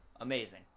amazing